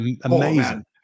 Amazing